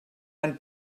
and